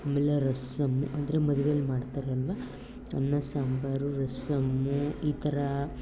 ಆಮೇಲೆ ರಸಮ್ಮು ಅಂದರೆ ಮದ್ವೆಲಿ ಮಾಡ್ತಾರಲ್ವ ಅನ್ನ ಸಾಂಬಾರು ರಸಮ್ಮು ಈ ಥರ